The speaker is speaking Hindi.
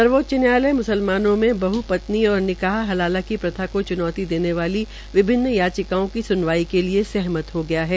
सर्वोच्च न्यायालय म्सलमानों में बहपत्नी और निकाह हलाला की प्रथा को च्नौती देने वाली विभिन्न याचिकाओं की सुनवाई के लिए सहमत हो गया है